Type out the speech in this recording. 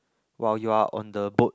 while you are on the boat